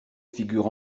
figure